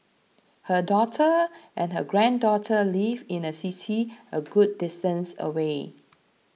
her daughter and her granddaughter live in a city a good distance away